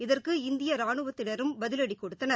இதற்கு இந்திய ராணுவத்தினரும் பதிவடி கொடுத்தனர்